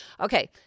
Okay